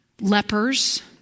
lepers